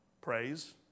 Praise